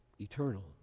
eternal